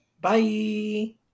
Bye